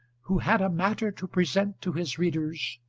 who had a matter to present to his readers,